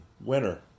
winner